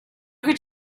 could